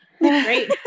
Great